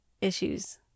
issues